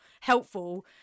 helpful